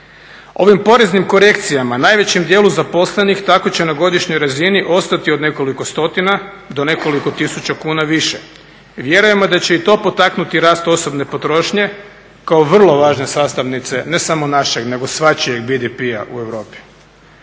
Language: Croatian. Ovim poreznim korekcijama, najvećem dijelu zaposlenih tako će na godišnjoj razini ostati od nekoliko stotina do nekoliko tisuća kuna više. Vjerujemo da će i to potaknuti rast osobne potrošnje kao vrlo važne sastavnice ne samo našeg, nego svačijeg BDP-a u Europi.